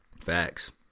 Facts